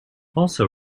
also